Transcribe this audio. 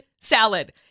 salad